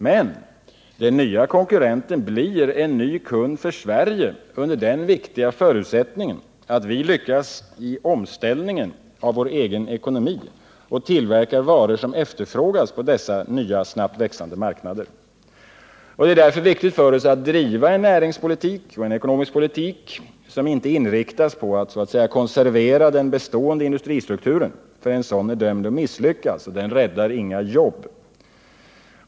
Men den nya konkurrenten blir en ny kund för Sverige under den viktiga förutsättningen att vi lyckas i omställningen i vår egen ekonomi och tillverkar varor som efterfrågas på dessa nya, snabbt växande marknader. Det är därför viktigt för oss att driva en näringspolitik och en ekonomisk politik som inte inriktas på att så att säga konservera den bestående industristrukturen. En sådan politik är dömd att misslyckas. Den räddar inga jobb.